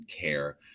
care